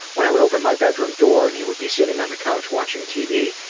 when i would open my bedroom door and he would be sitting on the couch watching tv,